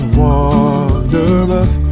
wondrous